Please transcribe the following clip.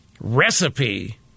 recipe